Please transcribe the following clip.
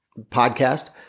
podcast